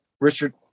Richard